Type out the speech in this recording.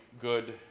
good